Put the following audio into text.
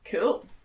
Cool